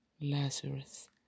Lazarus